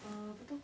uh apa tu